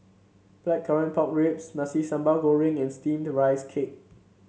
Blackcurrant Pork Ribs Nasi Sambal Goreng and steamed Rice Cake